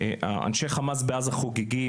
אנשי חמאס בעזה חוגגים,